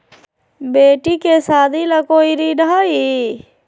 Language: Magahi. बेटी के सादी ला कोई ऋण हई?